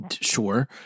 Sure